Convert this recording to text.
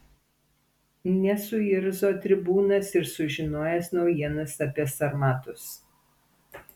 nesuirzo tribūnas ir sužinojęs naujienas apie sarmatus